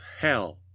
hell